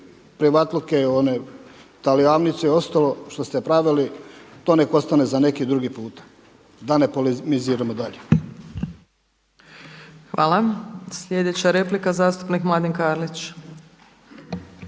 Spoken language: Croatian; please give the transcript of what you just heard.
privatluke one … i ostalo što ste pravili, to neka ostane za neki drugi puta, da ne polimiziramo dalje. **Opačić, Milanka (SDP)** Hvala. Sljedeća replika zastupnik Mladen Karlić.